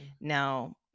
Now